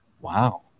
Wow